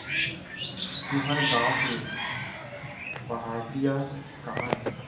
तुंहर गॉँव के पहाटिया कहॉं हे?